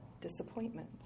Disappointment